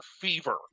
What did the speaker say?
Fever